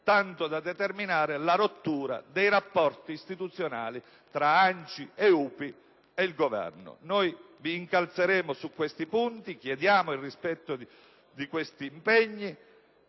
tanto da determinare la rottura dei rapporti istituzionali tra ANCI e UPI e Governo. Noi vi incalzeremo su questi punti. Chiediamo il rispetto di questi impegni